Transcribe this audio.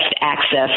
access